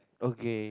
okay